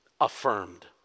affirmed